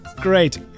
great